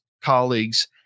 colleagues